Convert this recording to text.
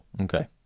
Okay